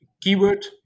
keyword